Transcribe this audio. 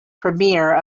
premier